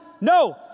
No